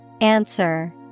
Answer